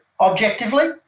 objectively